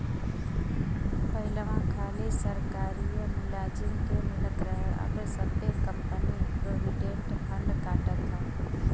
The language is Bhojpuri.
पहिलवा खाली सरकारिए मुलाजिम के मिलत रहे अब सब्बे कंपनी प्रोविडेंट फ़ंड काटत हौ